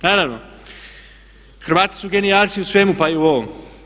Naravno Hrvati su genijalci u svemu pa i u ovome.